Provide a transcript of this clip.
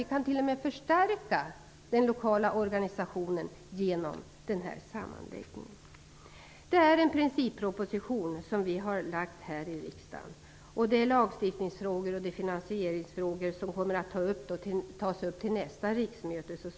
Vi kan t.o.m. förstärka den lokala organisationen med hjälp av denna sammanslagning. Vi har lagt fram en principproposition. Lagstiftnings och finansieringsfrågor kommer att tas upp till nästa riksmöte.